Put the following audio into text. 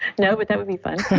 no, but that would be fun.